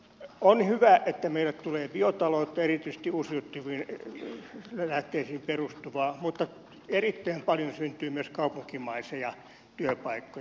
on hyvä että meille tulee biotaloutta erityisesti uusiutuviin lähteisiin perustuvaa mutta erittäin paljon syntyy myös kaupunkimaisia työpaikkoja